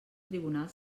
tribunal